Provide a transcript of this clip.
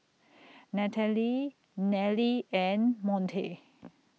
Nathaly Nellie and Monte